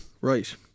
Right